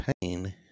pain